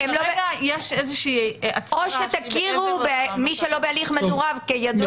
אם תכירו במי שלא בהליך מדורג כידוע